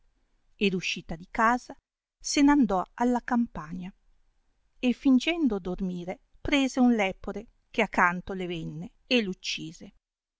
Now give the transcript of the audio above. ed uscita di casa se n andò alla campagna e fingendo dormire prese un lepore che a canto le venne e